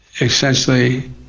essentially